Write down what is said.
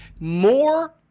more